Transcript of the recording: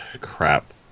Crap